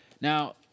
Now